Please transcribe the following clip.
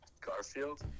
Garfield